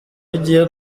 ugiye